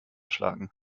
schlagen